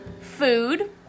food